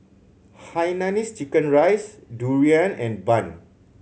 hainanese chicken rice durian and bun